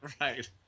right